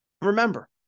Remember